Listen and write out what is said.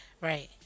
Right